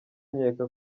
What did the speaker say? nkeka